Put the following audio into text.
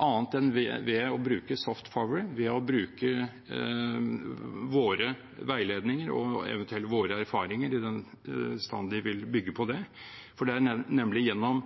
annet enn ved å bruke «soft power», ved å bruke våre veiledninger og eventuelt våre erfaringer i den grad de vil bygge på det. For det er nemlig gjennom